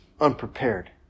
unprepared